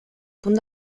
punt